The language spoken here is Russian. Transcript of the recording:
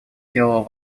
сделало